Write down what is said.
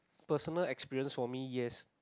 personal experience for me yes